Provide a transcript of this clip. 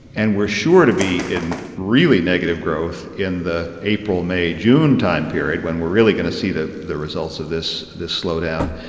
and we're sure to be in really negative growth in the april, may, june time period, when we're really going to see the the results this this slowdown.